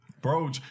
bro